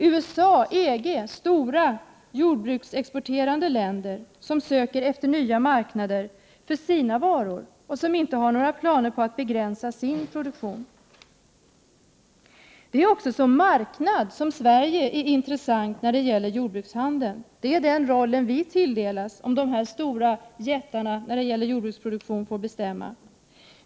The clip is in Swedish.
USA och EG -— stora exportörer av jordbruksprodukter — söker efter nya marknader för sina varor och har inte några planer på att begränsa sin produktion. Det är också som marknad som Sverige är intressant när det gäller handeln med jordbruksprodukter. Det är den rollen vi tilldelas om de här jättarna i fråga om jordbruksproduktion får bestämma.